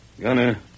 Gunner